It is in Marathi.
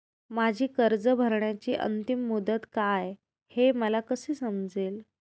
माझी कर्ज भरण्याची अंतिम मुदत काय, हे मला कसे समजेल?